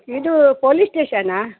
ಇದು police station